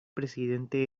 presidente